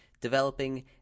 developing